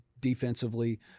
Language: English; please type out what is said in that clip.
defensively